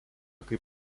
kaip